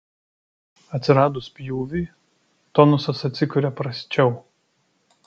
atsiradus pjūviui tonusas atsikuria prasčiau